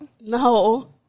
No